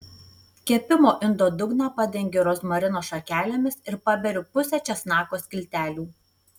kepimo indo dugną padengiu rozmarino šakelėmis ir paberiu pusę česnako skiltelių